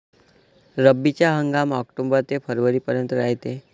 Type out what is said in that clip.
रब्बीचा हंगाम आक्टोबर ते फरवरीपर्यंत रायते